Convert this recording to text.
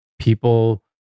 people